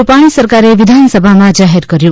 રૂપાણી સરકારે વિધાનસભામાં જાહેર કર્યું